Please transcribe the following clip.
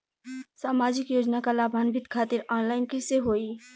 सामाजिक योजना क लाभान्वित खातिर ऑनलाइन कईसे होई?